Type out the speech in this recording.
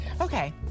Okay